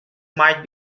might